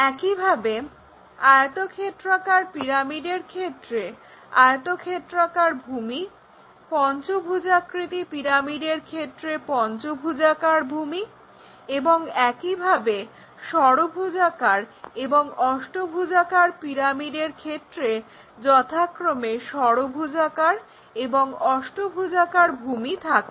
একইভাবে আয়তক্ষেত্রাকার পিরামিডের ক্ষেত্রে আয়তক্ষেত্রাকার ভূমি পঞ্চভুজাকৃতি পিরামিডের ক্ষেত্রে পঞ্চভুজাকার ভুমি এবং একইভাবে ষড়ভুজাকার এবং অষ্টভূজাকার পিরামিডের ক্ষেত্রে যথাক্রমে ষড়ভুজাকার এবং অষ্টভুজাকার ভুমি থাকে